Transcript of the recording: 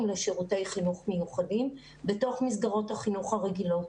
לשירותי חינוך מיוחדים בתוך מסגרות החינוך הרגילות.